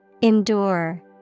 Endure